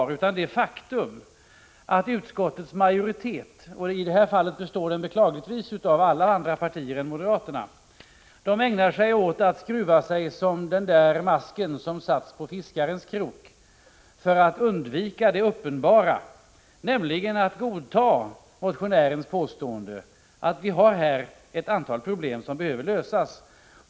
Det är i stället det faktum att utskottets majoritet — som i det här fallet beklagligtvis består av alla partier utom moderaterna — ägnat sig åt att skruva sig som masken på fiskarens krok för att undvika att godta motionärens påstående att vi här har ett antal problem som behöver lösas.